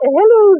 Hello